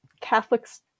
Catholics